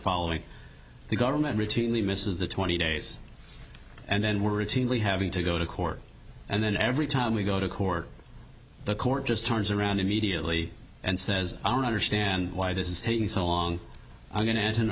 following the government routinely misses the twenty days and then were routinely having to go to court and then every time we go to court the court just turns around immediately and says i don't understand why this is taking so long i'm going to add in